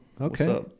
Okay